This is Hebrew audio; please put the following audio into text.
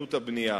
בעבריינות הבנייה.